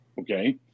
okay